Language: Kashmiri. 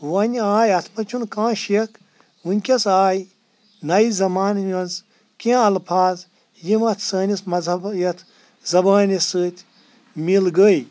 وۄنۍ آے اَتھ منٛز چھُ نہٕ کانٛہہ شکھ وٕنۍ کیٚس آے نَیہِ زمانہِ منٛز کیٚنٛہہ اَلفاظ یِم اَتھ سٲنِس مذہَبَس یَتھ زبٲنہِ سۭتۍ مِل گے